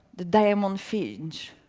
the diamond finch,